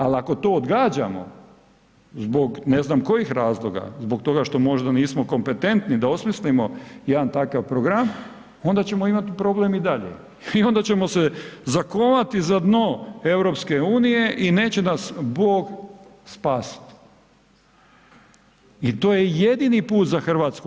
Ali ako to odgađamo zbog ne znam kojih razloga, zbog toga što možda nismo kompetentni da osmislimo jedan takav program, onda ćemo imati problem i dalje i onda ćemo se zakovati za dno Europske unije i neće nas Bog spasiti i to je jedini put za Hrvatsku.